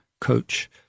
coach